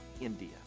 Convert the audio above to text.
India